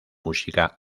música